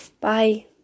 Bye